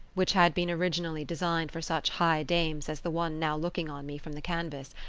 which had been originally designed for such high dames as the one now looking on me from the canvas,